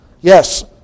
Yes